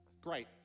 Great